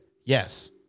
yes